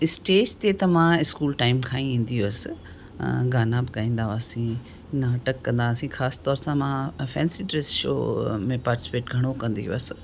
stage ते त मां स्कूल टाइम खां ई ईंदी हुअसि गाना बि ॻाईंदा हुआसीं नाटक कंदा हुआसीं ख़ासि तौर सां मां फेंसी ड्रेस शो में पार्टिसिपेट घणो कंदी हुअसि